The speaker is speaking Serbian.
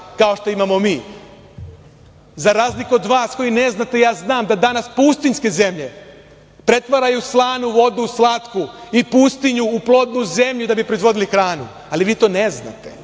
kao što imamo mi.Za razliku od vas koji ne znate, ja znam da danas pustinjske zemlje pretvaraju slanu vodu u slatku i pustinju u plodnu zemlju da bi proizvodili hranu. Ali vi to ne znate.